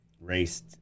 raced